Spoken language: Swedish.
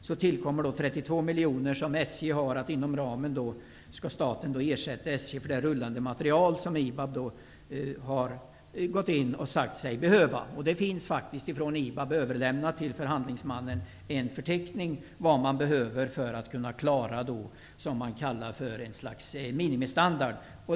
Därtill kommer 32 miljoner med vilka staten skall ersätta IBAB har till förhandlingsmannen överlämnat en förteckning över vad man behöver för att klara en minimistandard.